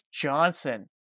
Johnson